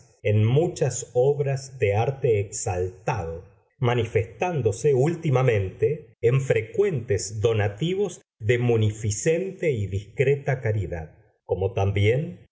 en muchas obras de arte exaltado manifestándose últimamente en frecuentes donativos de munificente y discreta caridad como también